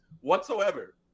whatsoever